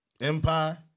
empire